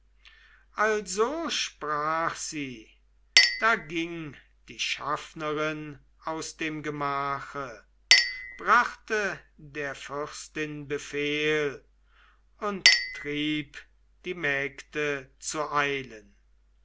also sprach er da ging die pflegerin aus dem gemache brachte des königs befehl und trieb die mägde zu eilen